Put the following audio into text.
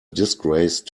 disgrace